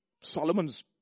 Solomon's